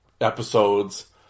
episodes